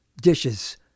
dishes